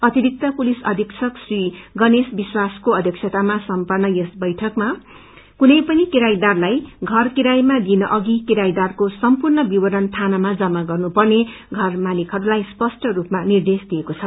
अतिरिक्त पुलिस अविस्तक श्री गणेश विश्वासको अष्यक्षतामा सम्पन्न यस बैठकमा कुनै पनिकिरायदारलाई घरकिरायमा दिन अघि किरायदारको सम्पूर्ण विवरण थानमा जमा गर्नेपनने षर मालिकहस्लाई स्पष्ट रूपमा निर्देश दिइएका छ